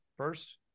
first